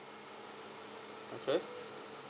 okay